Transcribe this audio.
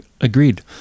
agreed